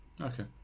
Okay